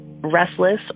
restless